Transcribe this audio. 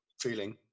feeling